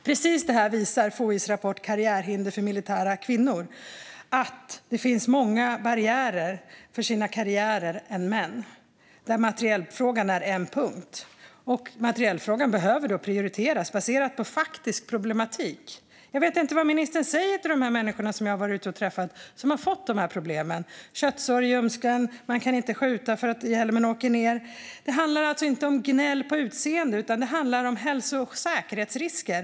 FOI:s rapport Karriärhinder för militära kvinnor visar att kvinnor möter fler barriärer för sina karriärer än män. Där är materielfrågan en punkt, och materielfrågan behöver prioriteras baserat på faktisk problematik. Jag vet inte vad ministern säger till de människor som jag har varit ute och träffat och som har fått dessa problem. De får köttsår i ljumsken, och de kan inte skjuta för att hjälmen åker ned. Det handlar alltså inte om gnäll på utseende, utan det handlar om hälso och säkerhetsrisker.